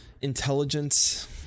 intelligence